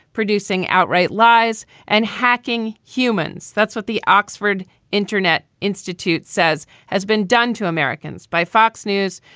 producing outright lies and hacking humans. that's what the oxford internet institute says has been done to americans by fox news,